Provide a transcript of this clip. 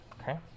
Okay